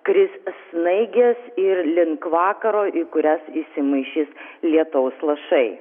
kris snaigės ir link vakaro į kurias įsimaišys lietaus lašai